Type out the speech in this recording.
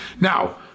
Now